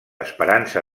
esperança